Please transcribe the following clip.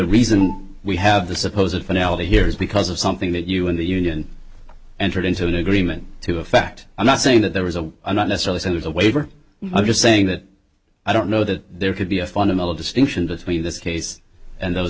reason we have the suppose if analogy here is because of something that you and the union entered into an agreement to a fact i'm not saying that there was a i'm not necessary as a waiver i'm just saying that i don't know that there could be a fundamental distinction between this case and those